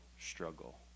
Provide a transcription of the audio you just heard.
struggle